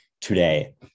today